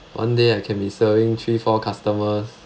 one day I can be serving three four customers